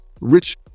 rich